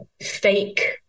fake